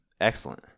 Excellent